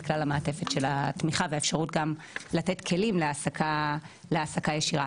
כלל המעטפת של התמיכה והאפשרות לתת כלים להעסקה ישירה.